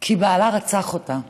כי בעלה רצח אותה,